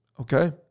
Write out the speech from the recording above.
Okay